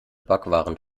backwaren